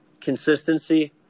consistency